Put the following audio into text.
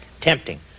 tempting